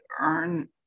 earn